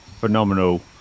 phenomenal